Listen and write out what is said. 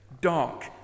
dark